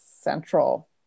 central